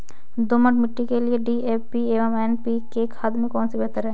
दोमट मिट्टी के लिए डी.ए.पी एवं एन.पी.के खाद में कौन बेहतर है?